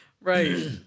Right